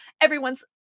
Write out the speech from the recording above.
Everyone's